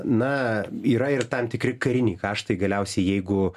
na yra ir tam tikri kariniai kaštai galiausiai jeigu